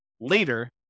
later